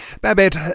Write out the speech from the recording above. Babette